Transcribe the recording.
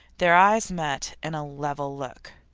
their eyes met in a level look.